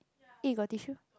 eh got tissue